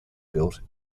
built